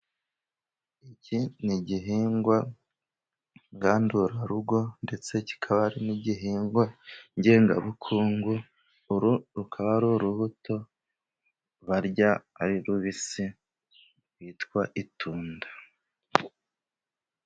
Iki ni igihingwa ngandurarugo, ndetse kikaba n'igihingwa ngengabukungu. Uru rukaba ari urubuto barya ari rubisi bita itunda.